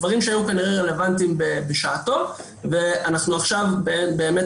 דברים שכנראה היו רלוונטיים בשעתו ואנחנו עכשיו באים